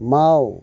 माव